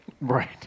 right